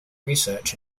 research